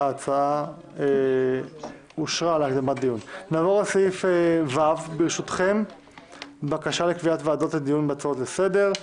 ההצעה להקדמת הדיון בהצעת חוק ניהול דיוני ועדות השחרורים